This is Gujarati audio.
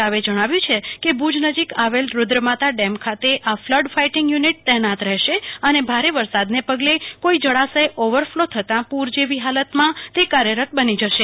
રાવે જણાવ્યું છે કે ભૂજ નજીક આવેલા રૂદ્રમાતા ડેમ ખાતે આ ફલડ ફાઈટિંગ યુનિટ તૈનાત રહેશે અને ભારે વરસાદને પગલે કોઈ જળાશય ઓવરફ્લો થતાં પૂર જેવી હાલતમાં તે કાર્યરત બની જશે